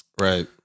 Right